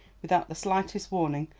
without the slightest warning,